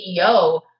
CEO